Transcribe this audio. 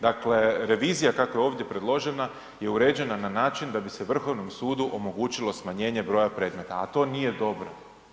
Dakle, revizija kako je ovdje predložena je uređena na način da bi se Vrhovnom sudu omogućilo smanjenje broja predmeta, a to nije dobro.